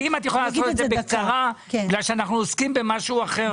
אם את יכולה לומר בקצרה כי אנחנו עוסקים עכשיו במשהו אחר.